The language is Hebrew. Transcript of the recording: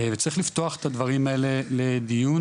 צריך לפתוח את הדברים האלה לדיון,